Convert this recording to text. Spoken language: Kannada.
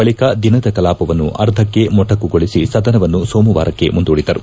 ಬಳಿಕ ದಿನದ ಕಲಾಪವನ್ನು ಅರ್ಧಕ್ಕ ಮೊಟಕುಗೊಳಿಸಿ ಸದನವನ್ನು ಸೋಮವಾರಕ್ಕೆ ಮುಂದೂಡಿದರು